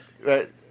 Right